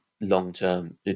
long-term